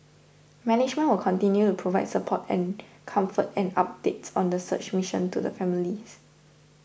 management will continue to provide support and comfort and updates on the search mission to the families